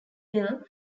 film